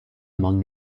among